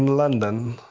london,